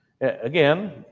Again